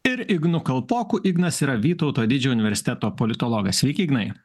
ir ignu kalpoku ignas yra vytauto didžiojo universiteto politologas sveiki ignai